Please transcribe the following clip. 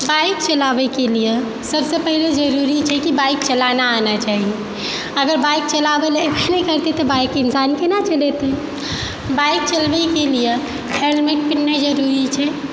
bike चलाबैके लिए सबसँ पहिने जरुरी छै कि बाइक चलाना आना चाही अगर बाइक चलबै अएबे नहि करतै तऽ बाइक इन्सान कोना चलेतै बाइक चलाबैके लिए हेलमेट पहिरनाइ जरुरी छै